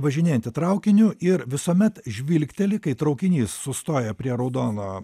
važinėjanti traukiniu ir visuomet žvilgteli kai traukinys sustoja prie raudono